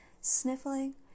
Sniffling